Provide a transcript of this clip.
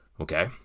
okay